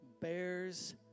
Bears